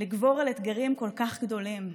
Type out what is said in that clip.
לגבור על אתגרים כל כך גדולים,